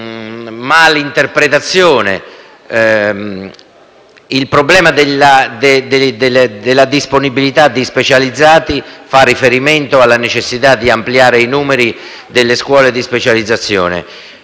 una malinterpretazione: il problema della disponibilità di specializzati fa riferimento alla necessità di ampliare i numeri delle scuole di specializzazione.